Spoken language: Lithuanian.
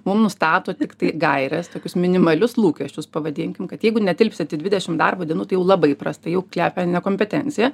mum nustato tiktai gaires tokius minimalius lūkesčius pavadinkim kad jeigu netilpsit į dvidešim darbo dienų tai jau labai prastai jau kvepia nekompetencija